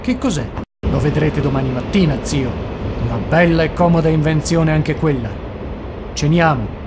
che cos'è lo vedrete domani mattina zio una bella e comoda invenzione anche quella ceniamo